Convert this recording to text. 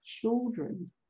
children